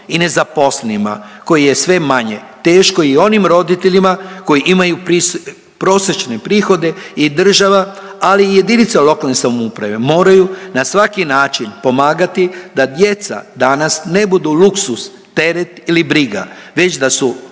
i nezaposlenima kojih je sve manje, teško je i onim roditeljima koji imaju prosječne prihode i država ali i jedinice lokalne samouprave moraju na svaki način pomagati da djeca danas ne budu luksuz, teret ili briga već da se